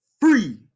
free